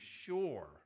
sure